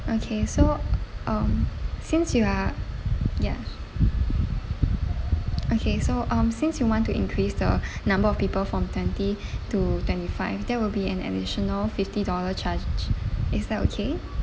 okay so um since you are ya okay so um since you want to increase the number of people from twenty to twenty five there will be an additional fifty dollar charge is that okay